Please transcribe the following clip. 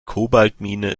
kobaltmine